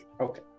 Okay